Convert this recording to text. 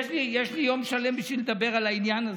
יש לי יום שלם בשביל לדבר על העניין הזה,